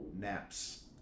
Naps